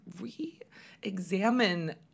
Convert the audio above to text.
re-examine